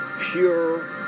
pure